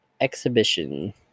exhibition